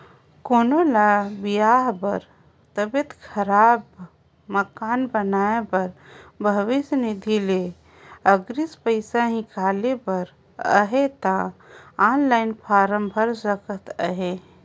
कोनो ल बिहा बर, तबियत खराब, मकान बनाए बर भविस निधि ले अगरिम पइसा हिंकाले बर अहे ता ऑनलाईन फारम भइर सकत अहे